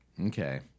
Okay